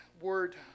word